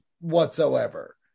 whatsoever